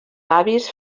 avis